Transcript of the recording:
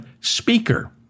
speaker